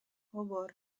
obor